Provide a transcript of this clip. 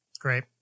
Great